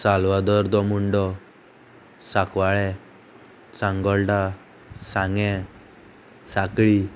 सालवादर दो मुंडो साकवाळे सांगोळटा सांगें साखळी